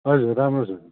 हजुर राम्रो छ